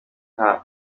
nka